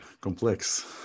complex